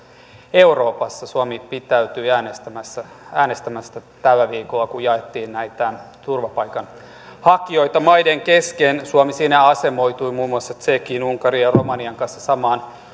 euroopassa suomi pidättäytyi äänestämästä äänestämästä tällä viikolla kun jaettiin näitä turvapaikanhakijoita maiden kesken suomi siinä asemoitui muun muassa tsekin unkarin ja romanian kanssa samaan